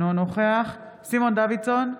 אינו נוכח סימון דוידסון,